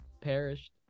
perished